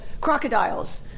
crocodiles